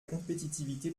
compétitivité